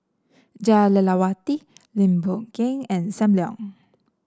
Jah Lelawati Lim Boon Keng and Sam Leong